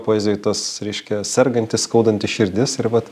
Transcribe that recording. poezijoj tas reiškia serganti skaudanti širdis ir vat